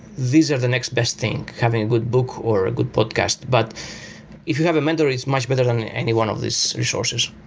these are the next best thing, having a good book or a good podcast. but if you have a mentor, it's much better than anyone of these resources.